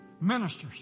ministers